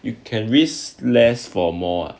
you can risk less for more